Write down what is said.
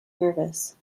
nervous